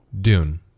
Dune